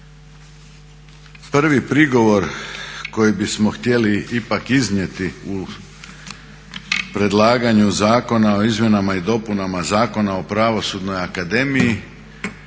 Prvi prigovor koji bismo htjeli ipak iznijeti u predlaganju Zakona o izmjenama i dopunama Zakona o Pravosudnoj akademiji